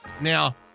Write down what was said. Now